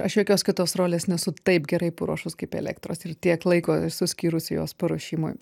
aš jokios kitos rolės nesu taip gerai paruošus kaip elektros ir tiek laiko esu skyrusi jos paruošimui